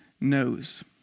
knows